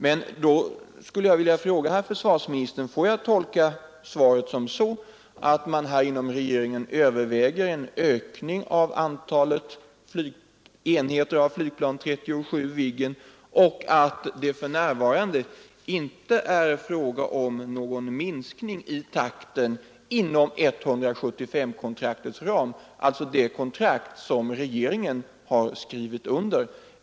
Men jag vill fråga försvarsministern: Får jag tolka svaret så att regeringen överväger en ökning av antalet flygplan 37 Viggen och att det för närvarande inte är fråga om någon minskning i takten inom 175-kontraktets ram — alltså det kontrakt som regeringen har skrivit under?